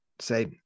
say